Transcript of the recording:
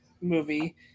movie